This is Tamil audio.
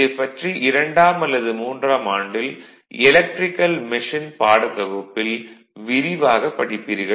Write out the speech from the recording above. இவைப் பற்றி இரண்டாம் அல்லது மூன்றாம் ஆண்டில் எலக்ட்ரிகல் மெஷின் பாடத்தொகுப்பில் விரிவாகப் படிப்பீர்கள்